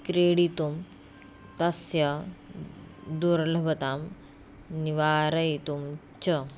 क्रीडितुं तस्य दुर्लभतां निवारयितुं च